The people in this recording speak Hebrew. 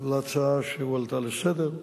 על ההצעה שהועלתה לסדר-היום,